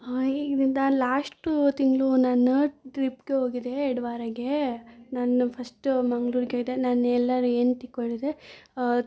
ಹಾಂ ಇಲ್ಲಿಂದ ಲಾಸ್ಟು ತಿಂಗಳು ನಾನು ಟ್ರಿಪ್ಗೆ ಹೋಗಿದ್ದೆ ಎರಡು ವಾರಗೆ ನಾನು ಫಸ್ಟು ಮಂಗ್ಳೂರ್ಗೈದೆ ಹೋದೆ ನಾನು ಎಲ್ಲಾರು ಏನು ತಿಕ್ಕೊಂಡಿದ್ದೆ